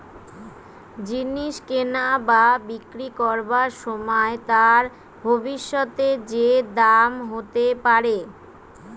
জিনিস কিনা বা বিক্রি করবার সময় তার ভবিষ্যতে যে দাম হতে পারে